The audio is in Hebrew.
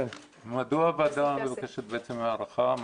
מדוע הוועדה מבקשת בעצם הארכה?